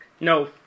No